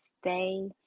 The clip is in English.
stay